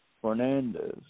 Fernandez